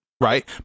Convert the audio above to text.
Right